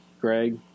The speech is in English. Greg